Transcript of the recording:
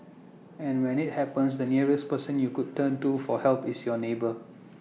and when IT happens the nearest person you could turn to for help is your neighbour